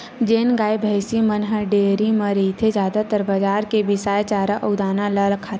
जेन गाय, भइसी मन ह डेयरी म रहिथे जादातर बजार के बिसाए चारा अउ दाना ल खाथे